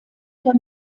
oder